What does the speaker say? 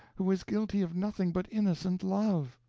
who is guilty of nothing but innocent love.